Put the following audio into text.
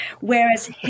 Whereas